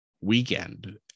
weekend